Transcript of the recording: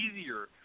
easier